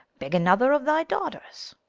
beg another of thy daughters.